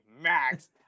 Max